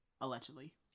Allegedly